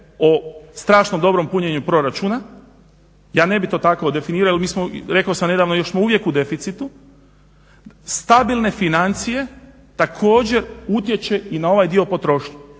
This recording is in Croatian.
o strašno dobrom punjenju proračuna. Ja ne bih tako to definirao jer mi smo rekao sam nedavno još uvijek smo u deficitu, stabilne financije također utječe na ovaj dio potrošnje,